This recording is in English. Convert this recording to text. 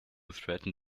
threaten